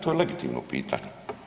To je legitimno pitanje.